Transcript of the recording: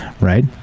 right